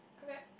correct